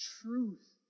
Truth